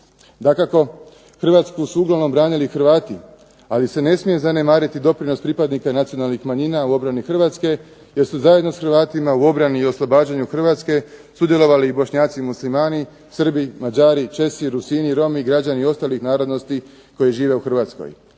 Dakako Hrvatsku su uglavnom branili Hrvati, ali se ne smije zanemariti doprinos pripadnika nacionalnih manjina u obrani Hrvatske, jer su zajedno da Hrvatima u obrani i oslobađanju Hrvatske sudjelovali i Bošnjaci i Muslimani, Srbi, Mađari, Česi, Rusini, Romi i građani ostalih narodnosti koji žive u Hrvatskoj.